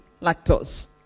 lactose